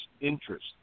interest